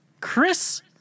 Chris